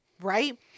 right